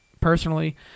personally